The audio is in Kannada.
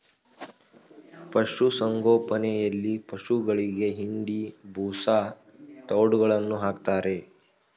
ಪಶುಸಂಗೋಪನೆಯಲ್ಲಿ ಪಶುಗಳಿಗೆ ಹಿಂಡಿ, ಬೂಸಾ, ತವ್ಡುಗಳನ್ನು ಹಾಕ್ತಾರೆ